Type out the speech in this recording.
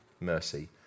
mercy